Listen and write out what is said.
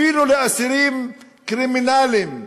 אפילו אסירים קרימינליים,